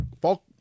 Falk